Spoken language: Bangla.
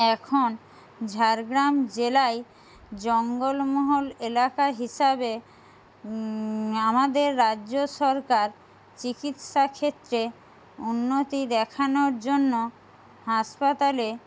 এখন ঝাড়গ্রাম জেলায় জঙ্গলমহল এলাকা হিসাবে আমদের রাজ্য সরকার চিকিৎসা ক্ষেত্রে উন্নতি দেখানোর জন্য হাসপাতালে